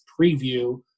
preview